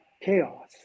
chaos